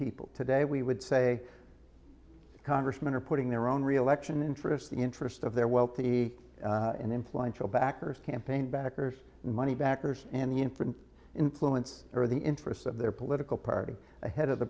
people today we would say congressmen are putting their own reelection interest the interest of their wealth the influential backers campaign backers money backers and the infant influence or the interest of their political party ahead of the